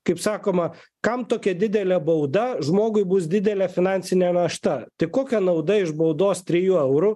kaip sakoma kam tokia didelė bauda žmogui bus didelė finansinė našta tai kokia nauda iš baudos trijų eurų